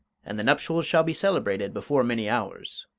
and the nuptials shall be celebrated before many hours.